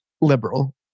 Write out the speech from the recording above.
liberal